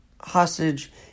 hostage